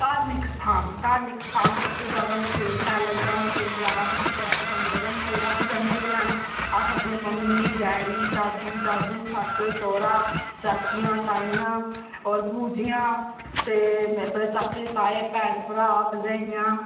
धार्मिक स्थान धार्मिक स्थान सबतूं जैदा मचैल शैल लगदा मचेल जाना मिगी पसंद लगदा मचेल अस जन्ने बी हैन अस अपनी मम्मी डैडी दादी दादू सस्स सौह्रा चाचियां ताइयां होर बुजियां चाचे ताए भैन भ्राऽ भरजाइयां